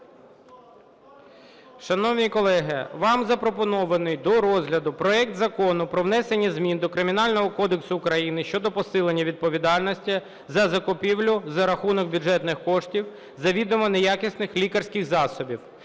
Шановні колеги, вам запропонований до розгляду проект Закону про внесення змін до Кримінального кодексу України щодо посилення відповідальності за закупівлю за рахунок бюджетних коштів завідомо неякісних лікарських засобів